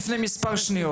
גם אמרתי לפני מספר שניות,